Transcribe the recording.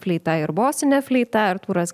fleita ir bosinė fleita artūras